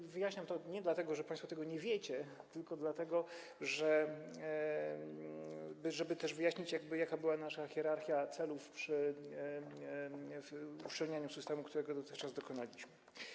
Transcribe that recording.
Nie wyjaśniam tego państwu dlatego, że państwo tego nie wiecie, tylko dlatego, żeby wyjaśnić, jaka była nasza hierarchia celów przy uszczelnianiu systemu, którego dotychczas dokonaliśmy.